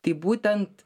tai būtent